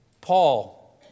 Paul